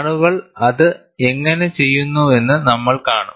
ആളുകൾ അത് എങ്ങനെ ചെയ്തുവെന്ന് നമ്മൾ കാണും